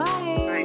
Bye